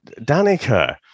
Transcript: Danica